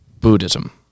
Buddhism